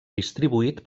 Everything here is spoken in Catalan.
distribuït